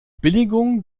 billigung